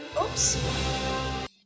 Oops